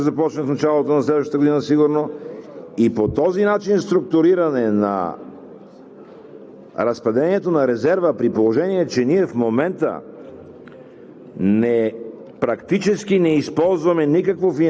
Всички специалисти ни предупреждават, че ще има трета вълна, която сигурно ще започне в началото на следващата година, и по този начин структуриране на разпределението на резерва, при положение че в момента